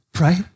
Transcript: Right